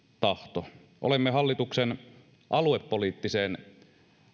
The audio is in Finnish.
tahto olemme hallituksen aluepoliittiseen